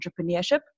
entrepreneurship